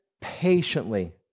patiently